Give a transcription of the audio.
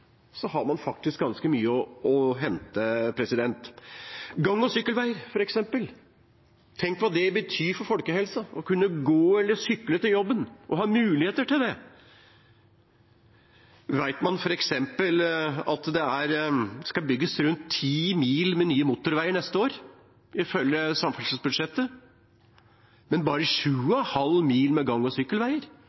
har man ganske mye å hente, f.eks. når det gjelder gang- og sykkelveier – tenk hva det betyr for folkehelsen at man kan gå eller sykle til jobben, at man har mulighet til det. Vet man f.eks. at det skal bygges rundt 10 mil med ny motorvei neste år, ifølge samferdselsbudsjettet, men bare 7,5 mil med gang- og sykkelvei, altså mye mer motorvei enn gang- og